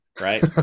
right